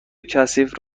کثیف